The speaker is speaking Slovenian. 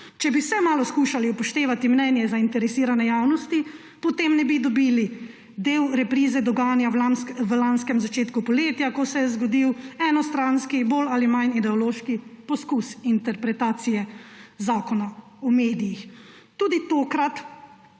Če bi vsaj malo skušali upoštevati mnenje zainteresirane javnosti, potem ne bi dobili del reprize dogajanja v lanskem začetku poletja, ko se je zgodil enostranski bolj ali manj ideološki poskus interpretacije zakona o medijih. Tudi tokrat